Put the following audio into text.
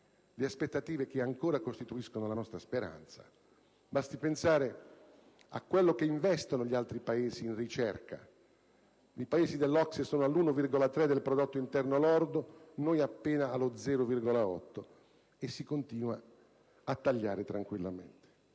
aspettative che ancora costituiscono la nostra speranza. Basti pensare a quello che investono gli altri Paesi in ricerca: i Paesi dell'OCSE sono all'1,3 per cento del prodotto interno lordo mentre noi siamo appena allo 0,8, e si continua a tagliare tranquillamente.